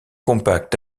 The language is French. compact